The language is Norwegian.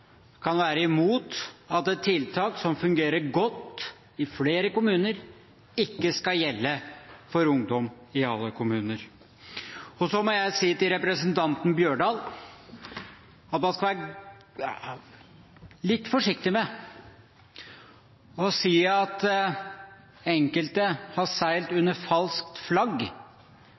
kan være imot at tiltak som fungerer godt i flere kommuner, ikke skal gjelde for ungdom i alle kommuner. Så må jeg si til representanten Holen Bjørdal at man skal være litt forsiktig med å si at enkelte har seilt under falskt flagg,